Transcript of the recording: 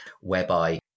whereby